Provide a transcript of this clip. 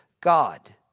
God